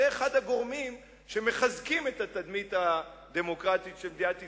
הוא אחד הגורמים שמחזקים את התדמית הדמוקרטית של מדינת ישראל.